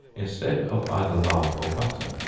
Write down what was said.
instead of either lard or butter,